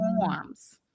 forms